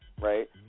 right